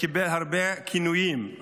הוא קיבל הרבה כינויים,